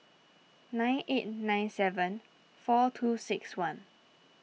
nine eight nine seven four two six one